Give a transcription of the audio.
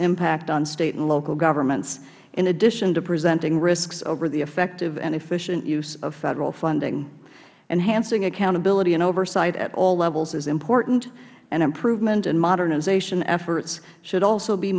impact on state and local governments in addition to presenting risks over the effective and efficient use of federal funding enhancing accountability and oversight at all levels is important improvement and modernization efforts should also be